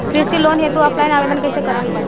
कृषि लोन हेतू ऑफलाइन आवेदन कइसे करि?